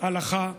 הלכה אסלאמית.